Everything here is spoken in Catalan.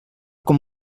com